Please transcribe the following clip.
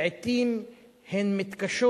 לעתים הן מתקשות,